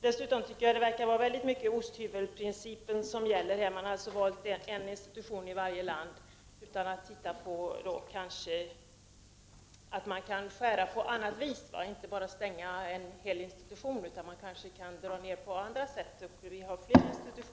Dessutom tycker jag att det i hög grad verkar vara osthyvelsprincipen som gäller i detta sammanhang, eftersom man har valt en institution i varje land utan att se om man kan skära på något annat sätt i stället för att stänga en hel institution. Man kanske kunde göra nedläggningar på andra sätt.